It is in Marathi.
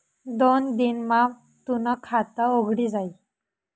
दोन दिन मा तूनं खातं उघडी जाई